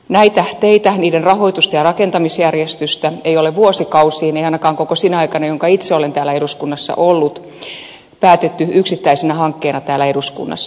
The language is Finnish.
näistä teistä niiden rahoituksesta ja rakentamisjärjestyksestä ei vuosikausiin ei ainakaan koko sinä aikana jonka itse olen täällä eduskunnassa ollut ole päätetty yksittäisinä hankkeina täällä eduskunnassa